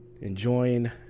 enjoying